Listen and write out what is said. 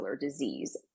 disease